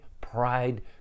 pride